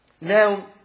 Now